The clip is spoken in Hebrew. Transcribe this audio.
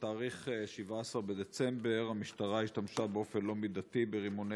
בתאריך 17 בדצמבר המשטרה השתמשה באופן לא מידתי ברימוני